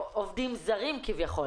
עובדים זרים כביכול.